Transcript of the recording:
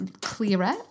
clearer